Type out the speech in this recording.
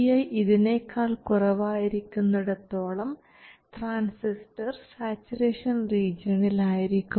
vi ഇതിനേക്കാൾ കുറവായിരിക്കുന്നിടത്തോളം transistor saturation റീജിയണിൽ ആയിരിക്കും